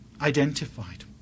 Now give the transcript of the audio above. identified